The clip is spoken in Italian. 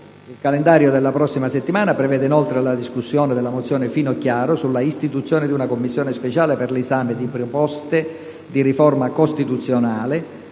Il calendario della prossima settimana prevede inoltre la discussione della mozione Finocchiaro sulla istituzione di una Commissione speciale per l'esame di proposte di riforma costituzionale